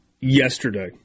yesterday